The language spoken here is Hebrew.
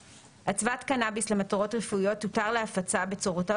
(א) אצוות קנאביס למטרות רפואיות תותר להפצה בצורתו